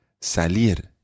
Salir